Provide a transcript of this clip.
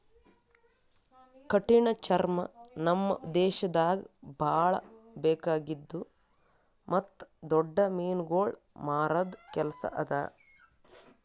ಕಠಿಣ ಚರ್ಮ ನಮ್ ದೇಶದಾಗ್ ಭಾಳ ಬೇಕಾಗಿದ್ದು ಮತ್ತ್ ದೊಡ್ಡ ಮೀನುಗೊಳ್ ಮಾರದ್ ಕೆಲಸ ಅದಾ